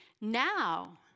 Now